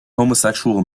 homosexual